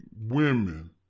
women